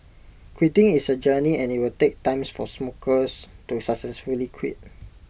quitting is A journey and IT will take times for smokers to successfully quit